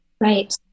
right